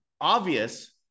obvious